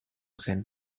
zen